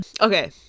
Okay